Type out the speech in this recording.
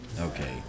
Okay